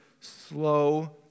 slow